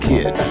Kid